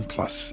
Plus